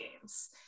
games